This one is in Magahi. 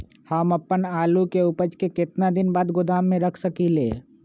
हम अपन आलू के ऊपज के केतना दिन बाद गोदाम में रख सकींले?